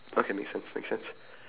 okay make sense make sense